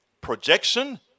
Projection